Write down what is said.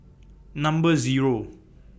Number Zero